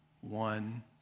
one